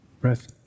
breath